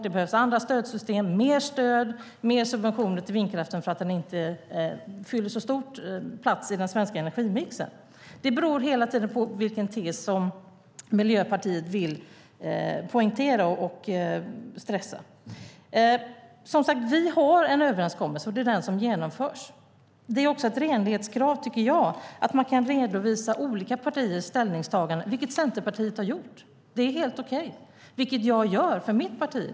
Det behövs andra stödsystem, mer stöd, mer subventioner till vindkraften, eftersom den inte har så stor plats i den svenska energimixen. Det beror hela tiden på vilken tes som Miljöpartiet vill poängtera. Vi har som sagt en överenskommelse, och det är den som genomförs. Det är också ett renlighetskrav, tycker jag, att man kan redovisa olika partiers ställningstaganden, vilket Centerpartiet har gjort. Det är helt okej. Jag gör det för mitt parti.